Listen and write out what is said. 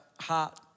heart